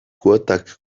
kuotak